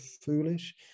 foolish